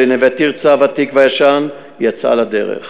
"נווה תרצה" הוותיק והישן יצאה לדרך.